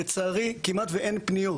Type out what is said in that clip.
לצערי, כמעט ואין פניות.